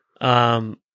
Um-